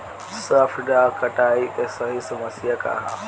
सॉफ्ट डॉ कटाई के सही समय का ह?